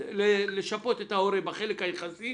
לשפות את ההורה בחלק היחסי